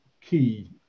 key